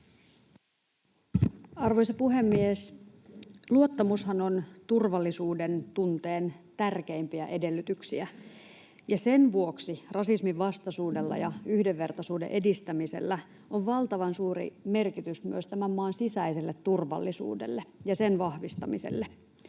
Arvoisa puhemies! Luottamushan on turvallisuudentunteen tärkeimpiä edellytyksiä. Ja sen vuoksi rasisminvastaisuudella ja yhdenvertaisuuden edistämisellä on valtavan suuri merkitys myös tämän maan sisäiselle turvallisuudelle ja sen vahvistamiselle.